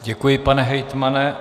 Děkuji, pane hejtmane.